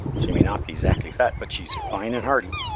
she may not be zactly fat, but she's fine and hearty.